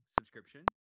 subscription